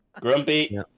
grumpy